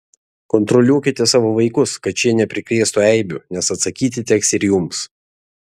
kontroliuokite savo vaikus kad šie neprikrėstų eibių nes atsakyti teks ir jums